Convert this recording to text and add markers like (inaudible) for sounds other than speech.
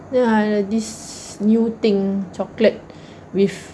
a'ah lah this new things chocolate (breath) with